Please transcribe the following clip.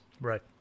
Right